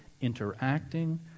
interacting